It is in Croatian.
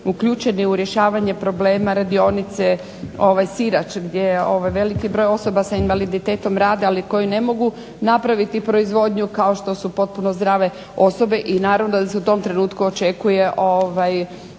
uključeni u rješavanje problema radionice "Sirač" gdje je veliki broj osoba s invaliditetom rade, ali koji ne mogu napraviti proizvodnju kao što su potpuno zdrave osobe i naravno da se u tom trenutku očekuje